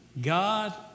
God